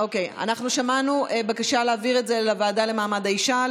שמענו בקשה להעביר את זה לוועדה למעמד האישה,